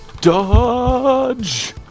dodge